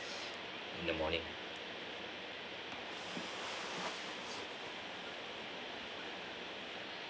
in the morning